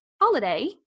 holiday